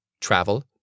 travel